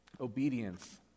Obedience